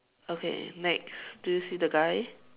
okay next do you see the guy